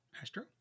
Astro